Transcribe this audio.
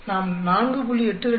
நாம் 4